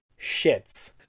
shits